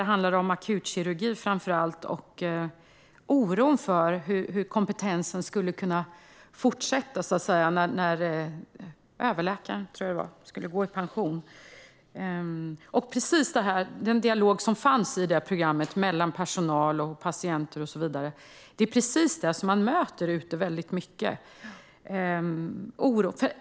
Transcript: Det handlade om akutkirurgin och oron för fortsatt kompetens när överläkaren gick i pension. Den dialog mellan personal och patienter och den oro som fanns där möter man mycket ute i landet.